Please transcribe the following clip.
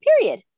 period